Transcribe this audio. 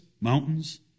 Mountains